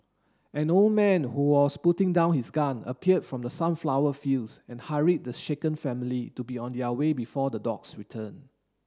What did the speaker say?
an old man who was putting down his gun appeared from the sunflower fields and hurried the shaken family to be on their way before the dogs return